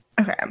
Okay